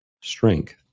strength